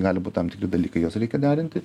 gali būt tam tikri dalykai juos reikia derinti